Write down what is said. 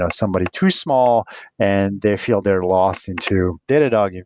ah somebody too small and they feel their lost into datadog.